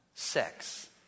sex